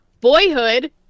Boyhood